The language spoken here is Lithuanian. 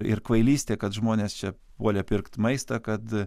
ir kvailystė kad žmonės čia puolė pirkt maistą kad